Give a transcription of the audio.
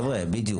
בדיוק.